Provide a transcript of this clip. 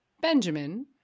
Benjamin